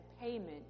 payment